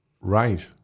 Right